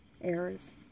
errors